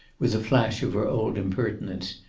with a flash of her old impertinence.